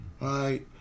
right